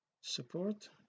support